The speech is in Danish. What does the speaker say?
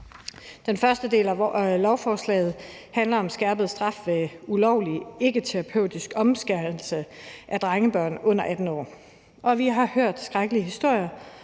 Den første del af lovforslaget handler om skærpet straf ved ulovlig ikketerapeutisk omskæring af drengebørn under 18 år. Vi har hørt skrækkelige historier